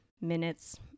minutes